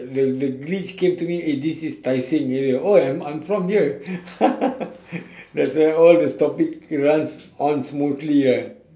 the the glitch came to me eh this is tai seng area oh I'm I'm from here that's why all these topic runs on smoothly lah